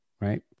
right